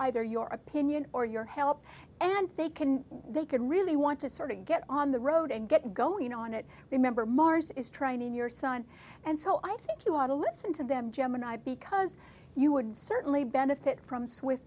either your opinion or your help and they can they can really want to sort of get on the road and get going on it remember mars is trying to your son and so i think you ought to listen to them gemini because you would certainly benefit from swi